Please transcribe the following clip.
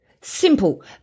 Simple